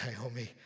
Naomi